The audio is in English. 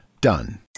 Done